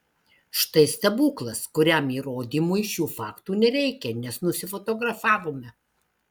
štai stebuklas kuriam įrodymui šių faktų nereikia nes nusifotografavome